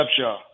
Upshaw